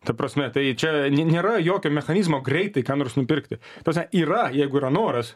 ta prasme tai čia ne nėra jokio mechanizmo greitai ką nors nupirkti ta prasme yra jeigu yra noras